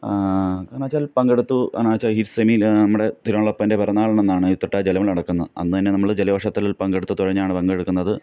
കാരണം വച്ചാൽ പങ്കെടുത്തു അങ്ങനെ വച്ചാൽ ഈ സെമിയിൽ നമ്മുടെ തിരുവള്ളപ്പൻ്റെ പിറന്നാളിൻ്റെ അന്നാണ് ഈ ഉത്രട്ടാതി ജലമേള നടക്കുന്നത് അന്ന് തന്നെ നമ്മൾ ജലവർഷത്തിൽ പങ്കെടുത്ത് തുഴഞ്ഞാണ് പങ്കെടുക്കുന്നത്